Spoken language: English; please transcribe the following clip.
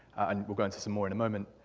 and we'll go into some more in a moment.